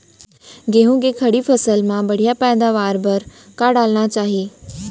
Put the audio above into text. गेहूँ के खड़ी फसल मा बढ़िया पैदावार बर का डालना चाही?